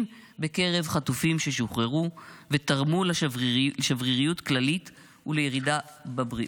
בקרב חטופים ששוחררו ותרמו לשבריריות כללית ולירידה בבריאות.